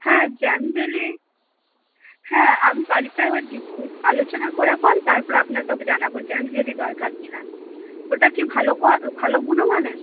হ্যাঁ jam jelly হ্যাঁ আমি বাড়িতে একবার ডিস আলোচনা করে পর তারপরে আপনাকে জানাব জ্যাম জেলি দরকার কিনা ওটা কি ভালো কো ভালো গুণমানের